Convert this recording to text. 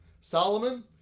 solomon